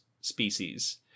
species